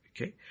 okay